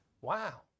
Wow